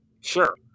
Sure